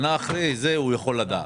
שנה אחרי זה הוא יכול לדעת.